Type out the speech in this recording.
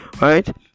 right